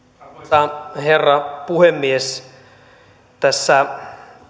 arvoisa herra puhemies tässä